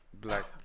black